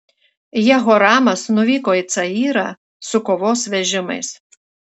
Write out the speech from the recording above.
jehoramas nuvyko į cayrą su kovos vežimais